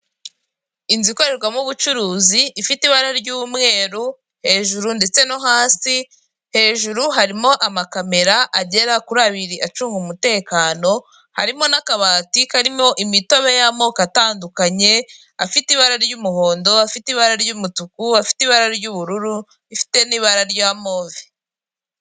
Inzu ikorerwamo ubucuruzi ifite ibara ry'umweru, hejuru ndetse no hasi, hejuru harimo amakamera agera kuri abiri acunga umutekano, harimo n'akabati karimo imitobe y'amoko atandukanye, afite ibara ry'umuhondo, afite ibara ry'umutuku, afite ibara ry'ubururu, ifite n'ibara rya move.